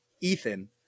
Ethan